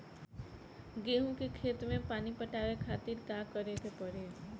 गेहूँ के खेत मे पानी पटावे के खातीर का करे के परी?